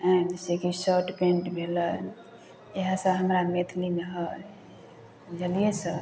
आइ जैसेकि shirt pant भेलै इएह सब हमरा मैथिलीमे हइ बुझलियै सर